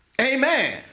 Amen